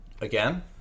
Again